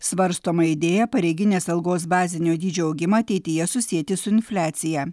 svarstoma idėja pareiginės algos bazinio dydžio augimą ateityje susieti su infliacija